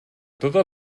totes